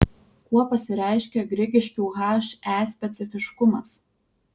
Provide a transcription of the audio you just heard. kuo pasireiškia grigiškių he specifiškumas